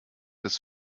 des